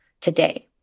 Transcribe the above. today